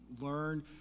learn